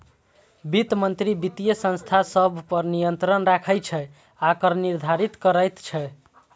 वित्त मंत्री वित्तीय संस्था सभ पर नियंत्रण राखै छै आ कर निर्धारित करैत छै